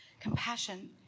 Compassion